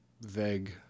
vague